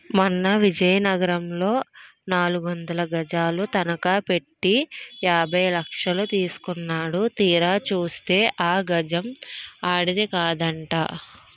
మొన్న విజయనగరంలో నాలుగొందలు గజాలు తనఖ పెట్టి యాభై లక్షలు తీసుకున్నాడు తీరా చూస్తే ఆ జాగా ఆడిది కాదట